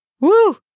Woo